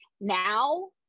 now